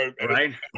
Right